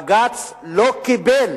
בג"ץ לא קיבל